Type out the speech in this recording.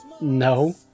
no